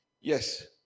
Yes